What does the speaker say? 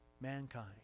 mankind